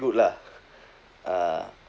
good luck uh